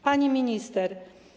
Pani Minister!